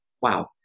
Wow